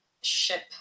ship